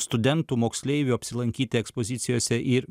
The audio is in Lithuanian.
studentų moksleivių apsilankyti ekspozicijose ir